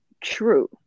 true